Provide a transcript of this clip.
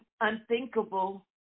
unthinkable